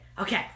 okay